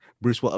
Bruce